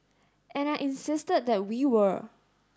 and I insisted that we were